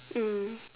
mm